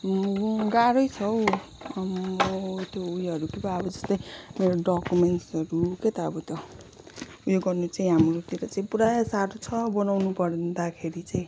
गाह्रै छ हौ त्यो उयोहरू के पो जस्तै मेरो डकुमेन्ट्सहरू के त अब त्यो उयो गर्नु चाहिँ हाम्रोतिर चाहिँ पुरा साह्रो छ बनाउनु पर्दाखेरि चाहिँ